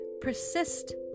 persist